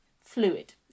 fluid